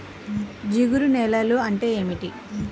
జిగురు నేలలు అంటే ఏమిటీ?